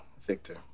Victor